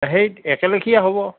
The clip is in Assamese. সেই একে লেখিয়া হ'ব